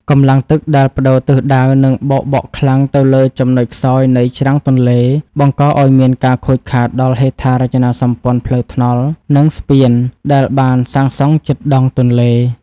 កម្លាំងទឹកដែលប្តូរទិសដៅនឹងបោកបក់ខ្លាំងទៅលើចំណុចខ្សោយនៃច្រាំងទន្លេ បង្កឱ្យមានការខូចខាតដល់ហេដ្ឋារចនាសម្ព័ន្ធផ្លូវថ្នល់ និងស្ពានដែលបានសាងសង់ជិតដងទន្លេ។